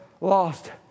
lost